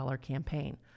campaign